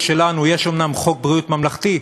שלנו אומנם חוק ביטוח בריאות ממלכתי,